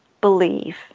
believe